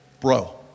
bro